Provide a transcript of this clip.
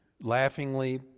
laughingly